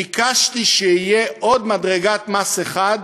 ביקשתי שתהיה עוד מדרגת מס אחת,